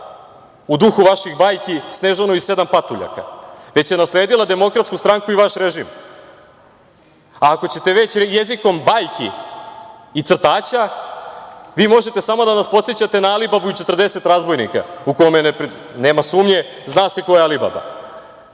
u duhu vaših bajki Snežanu i sedam patuljaka, već je nasledila Demokratsku stranku i vaš režim. Ako ćete već jezikom bajki i crtaća, vi možete samo da nas podsećate na Alibabu i 40 razbojnika u kome, nema sumnje, zna se ko je Alibaba. Samo